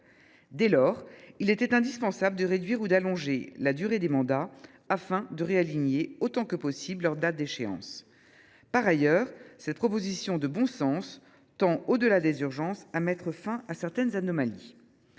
Dès lors, il était indispensable de réduire ou d’allonger la durée des mandats, afin d’harmoniser autant que possible leurs dates d’échéance. Par ailleurs, cette proposition de loi de bon sens tend, au delà des urgences, à mettre fin à certaines anomalies.